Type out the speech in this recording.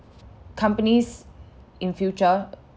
companies in future